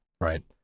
right